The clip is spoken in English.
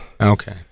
Okay